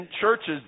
churches